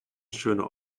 schöner